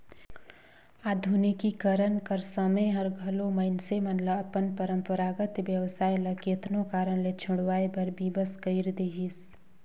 आधुनिकीकरन कर समें हर घलो मइनसे मन ल अपन परंपरागत बेवसाय ल केतनो कारन ले छोंड़वाए बर बिबस कइर देहिस